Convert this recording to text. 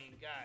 guy